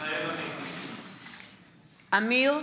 מתחייב אני אמיר אוחנה,